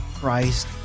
Christ